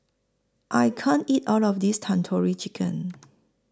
I can't eat All of This Tandoori Chicken